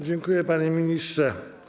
Dziękuję, panie ministrze.